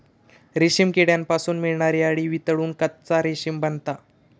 रेशीम किड्यांपासून मिळणारी अळी वितळून कच्चा रेशीम बनता